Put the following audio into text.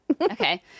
okay